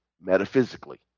metaphysically